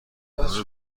دار